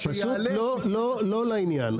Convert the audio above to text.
פשוט לא לעניין.